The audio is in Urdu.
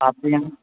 آپ کے یہاں